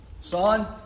Son